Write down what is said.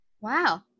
Wow